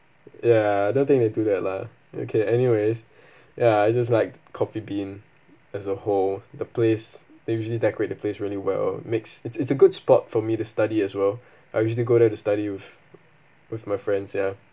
ya I don't think they do that lah okay anyways ya I just like Coffee Bean as a whole the place they usually decorate the place really well mixed it's it's a good spot for me to study as well I usually go there to study with with my friends ya